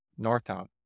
Northtown